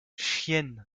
chiennes